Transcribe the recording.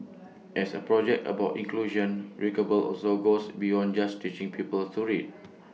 as A project about inclusion readable also goes beyond just teaching people to read